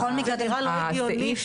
זה דבר לא הגיוני,